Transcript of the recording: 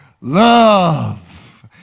Love